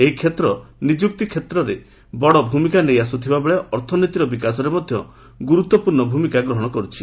ଏହି କ୍ଷେତ୍ର ନିଯୁକ୍ତି ସୃଷ୍ଟିରେ ବଡ ଭୂମିକା ନେଇ ଆସୁଥିବାବେଳେ ଅର୍ଥନୀତିର ବିକାଶରେ ମଧ୍ୟ ଗୁରୁତବପୂର୍ଣ୍ଣ ଭୂମିକା ଗ୍ରହଣ କରୁଛି